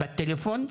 בטלפון,